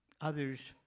others